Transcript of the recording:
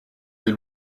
des